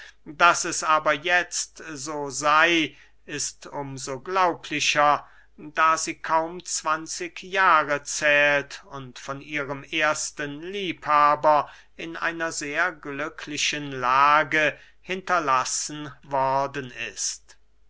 daß es aber jetzt so sey ist um so glaublicher da sie kaum zwanzig jahre zählt und von ihrem ersten liebhaber in einer sehr glücklichen lage hinterlassen worden ist